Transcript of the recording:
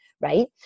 right